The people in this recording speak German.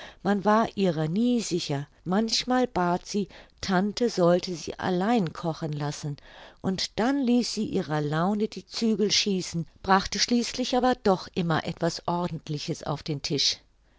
man war ihrer nie sicher manchmal bat sie tante sollte sie allein kochen lassen und dann ließ sie ihrer laune die zügel schießen brachte schließlich aber doch immer etwas ordentliches auf den tisch